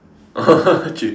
oh okay